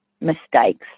mistakes